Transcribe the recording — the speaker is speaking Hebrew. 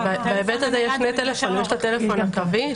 בהיבט הזה יש שני טלפונים, יש את הטלפון הקווי.